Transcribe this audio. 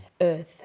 earth